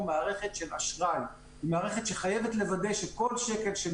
לא נעשה את זה כדו-שיח אם יש שאלות אלא נרכז אותן